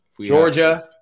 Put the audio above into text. Georgia